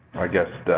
guess the,